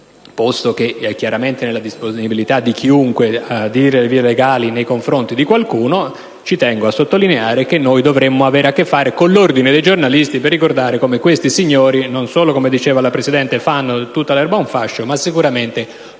Posto che, chiaramente, è nella disponibilità di chiunque adire le vie legali nei confronti di qualcuno, tengo a sottolineare che dovremmo avere a che fare con l'ordine dei giornalisti per ricordare come questi signori non solo, come ha detto la Presidente, facciano di tutta l'erba un fascio, ma sicuramente